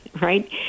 right